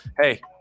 Hey